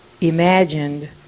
imagined